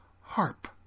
harp